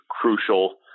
crucial